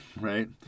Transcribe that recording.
right